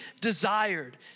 desired